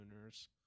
owners